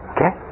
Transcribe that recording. Okay